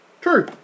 True